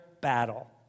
battle